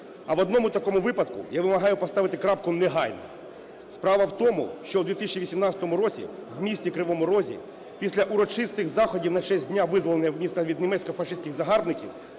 А в одному такому випадку я вимагаю поставити крапку негайно. Справа в тому, що в 2018 році в місті Кривому Розі після урочистих заходів на честь дня визволення міста від німецько-фашистських загарбників